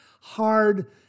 hard